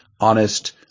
honest